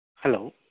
hello